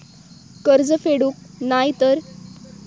कर्ज फेडूक नाय तर?